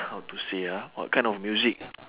how to say ah what kind of music